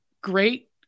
great